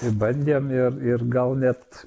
ir bandėm ir ir gal net